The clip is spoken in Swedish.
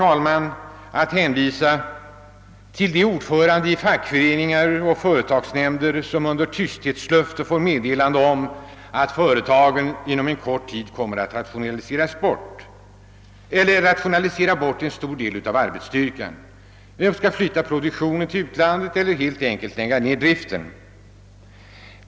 Jag vill här hänvisa till de ordförande i fackföreningar och företagsnämnder som under tysthetslöfte får meddelande om att företaget inom kort skall rationalisera bort en stor del av arbetsstyrkan, flytta produktionen till utlandet eller lägga ned hela driften.